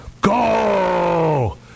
Go